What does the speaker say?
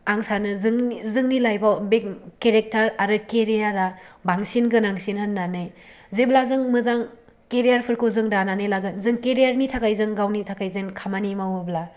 आं सानो जों जोंनि लाइफआव बे केरेक्टार आरो केरियारा बांसिन गोनांसिन होननानै जेब्ला जों मोजां केरियारफोरखौ जों दानानै लागोन जों केरियारनि थाखाय जों गावनि थाखाय जेन खामानि मावोब्ला